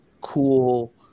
cool